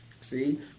see